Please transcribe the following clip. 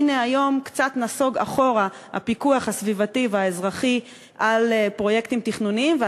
והנה היום קצת נסוג אחורה הפיקוח הסביבתי והאזרחי על פרויקטים תכנוניים,